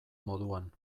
moduan